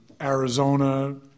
Arizona